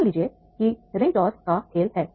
मान लीजिए कि रिंग टॉस का खेल है